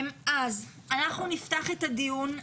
נפתח את הדיון.